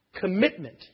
Commitment